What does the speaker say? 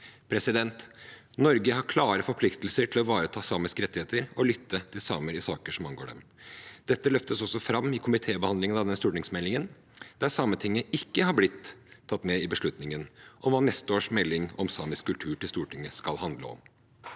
Fosen. Norge har klare forpliktelser til å ivareta samiske rettigheter og lytte til samer i saker som angår dem. Dette løftes også fram i komitébehandlingen av denne stortingsmeldingen, der Sametinget ikke har blitt tatt med i beslutningen om hva neste års melding om samisk kultur til Stortinget skal handle om.